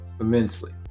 immensely